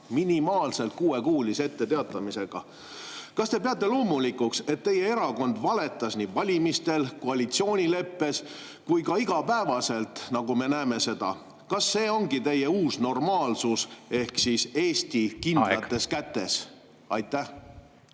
Minimaalselt kuuekuulise etteteatamisega. Kas te peate loomulikuks, et teie erakond valetas nii valimistel, koalitsioonileppes kui ka igapäevaselt, nagu me näeme? Kas see ongi teie uus normaalsus ehk siis kindlates kätes